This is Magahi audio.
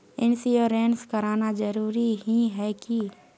इंश्योरेंस कराना जरूरी ही है की?